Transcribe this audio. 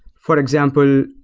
for example,